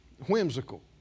whimsical